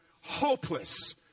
hopeless